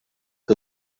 que